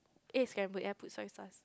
eat scramble egg I put soy sauce